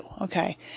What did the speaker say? Okay